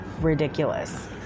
ridiculous